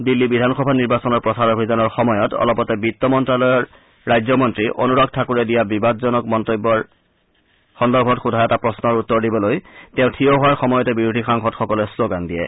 দিল্লী বিধানসভা নিৰ্বাচনৰ প্ৰচাৰ অভিযানৰ সময়ত অলপতে বিত্ত মন্ত্যালয়ৰ ৰাজ্যমন্ত্ৰী অনুৰাগ ঠাকুৰে দিয়া বিবাদজনক মন্তব্যৰ সন্দৰ্ভত সোধা এটা প্ৰশ্নৰ উত্তৰ দিবলৈ তেওঁ থিয় হোৱাৰ সময়তে বিৰোধী সাংসদসকলে শ্লগান দিয়ে